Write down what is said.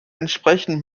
entsprechend